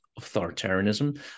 authoritarianism